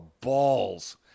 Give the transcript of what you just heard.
balls